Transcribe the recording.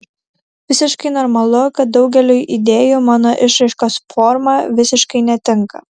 visiškai normalu kad daugeliui idėjų mano išraiškos forma visiškai netinka